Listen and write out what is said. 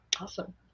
Awesome